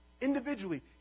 Individually